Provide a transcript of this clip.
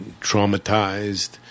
traumatized